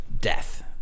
death